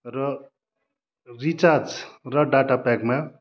र रिचार्ज र डाटा प्याकमा